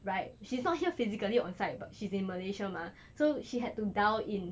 right she's not here physically onsite but she's in malaysia mah so she had to dial in